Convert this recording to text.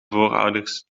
voorouders